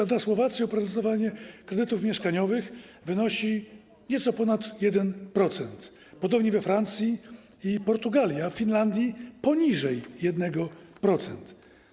Np. na Słowacji oprocentowanie kredytów mieszkaniowych wynosi nieco ponad 1%, podobnie jest we Francji i Portugali, a w Finlandii - poniżej 1%.